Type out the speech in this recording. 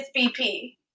BP